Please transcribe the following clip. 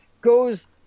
goes